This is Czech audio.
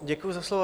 Děkuji za slovo.